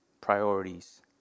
priorities